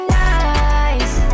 nice